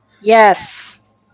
Yes